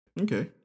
Okay